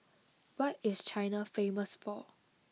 what is China famous for